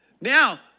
Now